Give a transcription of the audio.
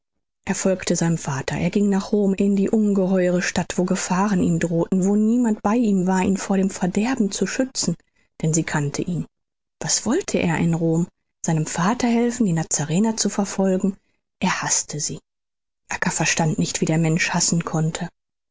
er folgte seinem vater er ging nach rom in die ungeheure stadt wo gefahren ihm drohten wo niemand bei ihm war ihn vor dem verderben zu schützen denn sie kannte ihn was wollte er in rom seinem vater helfen die nazarener zu verfolgen er haßte sie acca verstand nicht wie der mensch hassen konnte